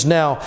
now